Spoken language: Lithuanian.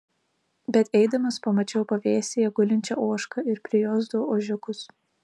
bet eidamas pamačiau pavėsyje gulinčią ožką ir prie jos du ožiukus